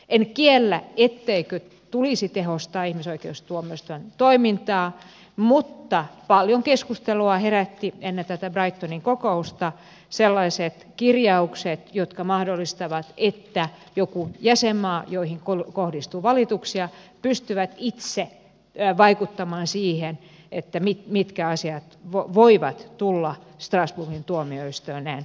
en kiellä etteikö tulisi tehostaa ihmisoikeustuomioistuimen toimintaa mutta paljon keskustelua herättivät ennen tätä brightonin kokousta sellaiset kirjaukset jotka mahdollistavat että jotkut jäsenmaat joihin kohdistuu valituksia pystyvät itse vaikuttamaan siihen mitkä asiat voivat tulla strasbourgin tuomioistuimen tutkittavaksi